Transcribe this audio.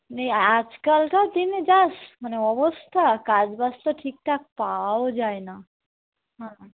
নেই আজকালকার দিনে যাস মানে অবস্থা কাজ বাজ তো ঠিকঠাক পাওয়াও যায় না হাঁ